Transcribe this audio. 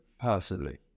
personally